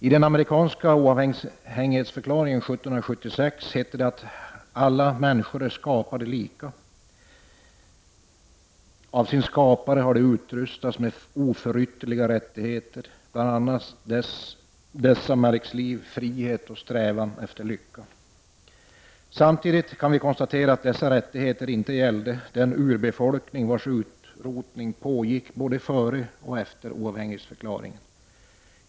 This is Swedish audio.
I den amerikanska oavhängighetsförklaringen av 1776 hette det att ”alla människor är skapade lika; av sin skapare har de utrustats med oförytterliga rättigheter; bland dessa märks liv, frihet och strävan efter lycka”. Samtidigt kan vi konstatera att dessa rättigheter inte gällde den urbefolkning vars utrotning pågick både före och efter oavhängighetsförklaringen.